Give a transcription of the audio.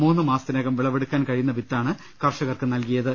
മൂന്ന് മാസത്തിനകം വിളപ്പെടുക്കാൻ കഴിയുന്ന വിത്താണ് കർഷകർക്ക് നൽകിയത്